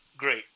great